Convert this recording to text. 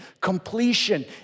completion